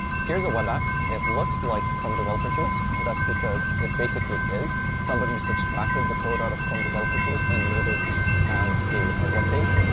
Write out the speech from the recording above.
here's a web app. it looks like chrome developer tools. that's because it basically is. somebody just extracted the code out of chrome developer tools and made it as a a web page.